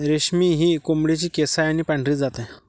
रेशमी ही कोंबडीची केसाळ आणि पांढरी जात आहे